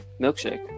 Milkshake